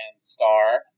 star